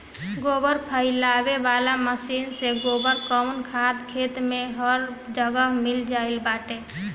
गोबर फइलावे वाला मशीन से गोबर कअ खाद खेत में हर जगह मिल गइल बाटे